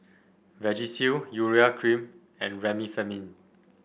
Vagisil Urea Cream and Remifemin